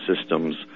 systems